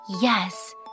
Yes